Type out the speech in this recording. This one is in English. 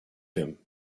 him